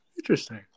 Interesting